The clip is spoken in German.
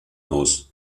aus